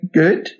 good